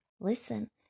listen